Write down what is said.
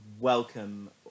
welcome